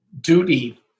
duty